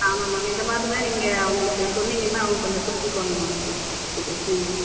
ஆமாம் மேம் இந்த மாதிரி தான் நீங்கள் அவங்களுக்கு சொன்னீங்கன்னா அவங்க கொஞ்சம் புரிஞ்சிக்குவாங்க மேம் இப்படி இதை பேசுனீங்கன்னா